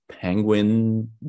penguin